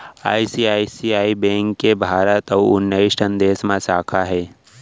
ICICI bank के भारत अउ उन्नीस ठन देस म साखा हे